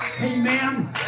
Amen